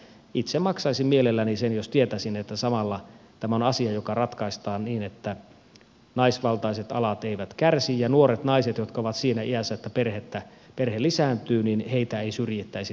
itse maksaisin mielelläni sen jos tietäisin että samalla tämä on asia joka ratkaistaan niin että naisvaltaiset alat eivät kärsi ja nuoria naisia jotka ovat siinä iässä että perhe lisääntyy ei syrjittäisi työelämässä